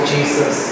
Jesus